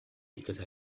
because